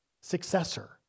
successor